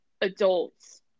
adults